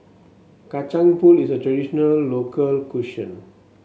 Kacang Pool is a traditional local cuisine